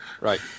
right